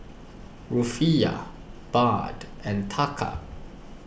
Rufiyaa Baht and Taka